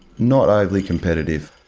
not overly competitive.